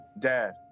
Dad